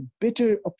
bitter